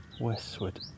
westward